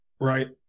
right